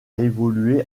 évoluer